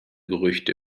gerüchte